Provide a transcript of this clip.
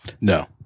No